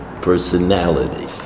personality